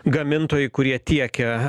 gamintojai kurie tiekia